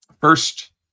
First